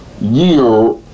year